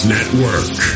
Network